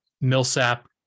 Millsap